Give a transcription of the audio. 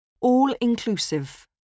All-inclusive